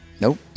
Nope